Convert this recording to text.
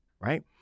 Right